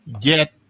get